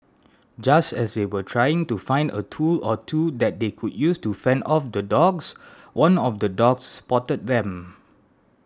just as they were trying to find a tool or two that they could use to fend off the dogs one of the dogs spotted them